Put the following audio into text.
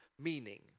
meaning